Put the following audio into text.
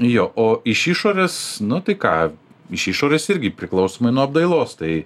jo o iš išorės nu tai ką iš išorės irgi priklausomai nuo apdailos tai